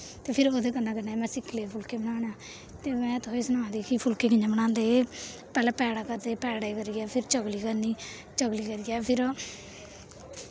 ते फिर ओह्दे कन्नै कन्नै में सिक्खी ले फुलके बनाना ते में तुसें गी सनाऽ दी ही कि फुलके कि'यां बनांदे पैह्लें पैड़ा करदे पैड़े करियै फिर चकली करनी चकली करियै फिर